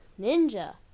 Ninja